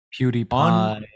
PewDiePie